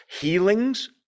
healings